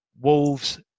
Wolves